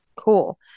Cool